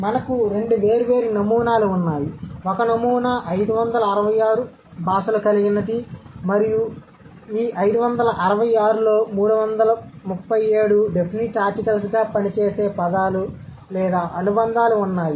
కాబట్టి మనకు రెండు వేర్వేరు నమూనాలు ఉన్నాయి ఒక నమూనా 566 మరియు ఈ 566లో 337 డెఫినిట్ ఆర్టికల్స్గా పని చేసే పదాలు లేదా అనుబంధాలు ఉన్నాయి